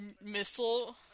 missile